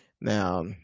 Now